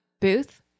booth